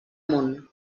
món